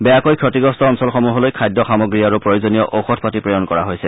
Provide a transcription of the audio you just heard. বেয়াকৈ ক্ষিতিগ্ৰস্ত অঞ্চলসমূহলৈ খাদ্য সামগ্ৰী আৰু প্ৰয়োজনীয় ঔষধ পাতি প্ৰেৰণ কৰা হৈছে